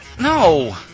No